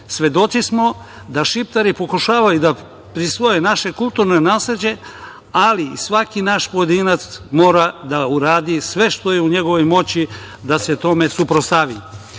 toga. Svedoci smo da Šiptari pokušavaju da prisvoje naše kulturno nasleđe, ali i svaki naš pojedinac mora da uradi sve što je u njegovoj moći da se tome suprotstavi. Moja